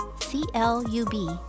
C-L-U-B